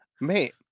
mate